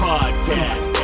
Podcast